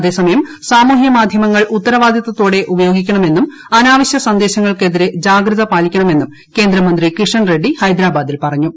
അതേ സമയം സാമൂഹ്ട്ട് മാധ്യമങ്ങൾ ഉത്തരവാദിത്തതോടെ ഉപയോഗിക്കണമെന്നും അ്നാവശ്യ സന്ദേശങ്ങൾക്കെതിരെ ജാഗ്രത പാലിക്കണമെന്നും കേന്ദ്രമന്ത്രി കിഷൻ റെഡ്സി ഹൈദരാബാദിൽ പറഞ്ഞു